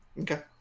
Okay